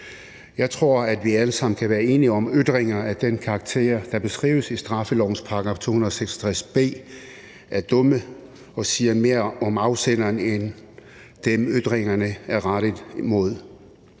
Jeg tror, at vi alle sammen kan være enige om, at ytringer af den karakter, der beskrives i straffelovens § 266 b, er dumme og siger mere om afsenderen end om dem, ytringerne er rettet imod.